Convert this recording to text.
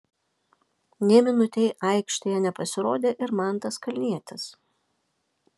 nė minutei aikštėje nepasirodė ir mantas kalnietis